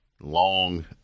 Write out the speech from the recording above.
long